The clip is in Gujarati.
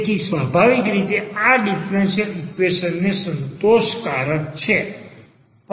તેથી સ્વાભાવિક રીતે તે આ ડીફરન્સીયલ ઈક્વેશન ને સંતોષકારક છે